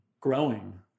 growing